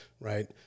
right